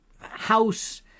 House